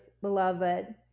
beloved